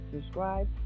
subscribe